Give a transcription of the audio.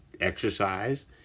exercise